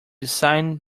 beside